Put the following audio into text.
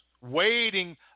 waiting